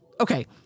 Okay